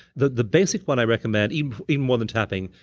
the the basic one i recommend, even more than tapping,